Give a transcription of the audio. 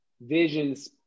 Vision's